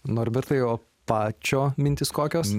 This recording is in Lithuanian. norbertai jo pačio mintys kokios